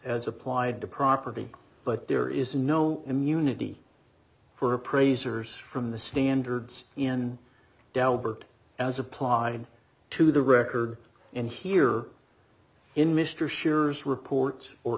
as applied to property but there is no immunity for appraisers from the standards in delbert as applied to the record and here in mr schippers reports or